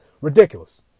ridiculous